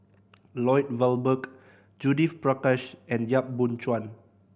Lloyd Valberg Judith Prakash and Yap Boon Chuan